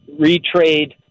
retrade